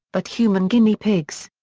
but human guinea pigs.